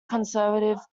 conservative